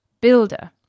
builder